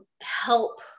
help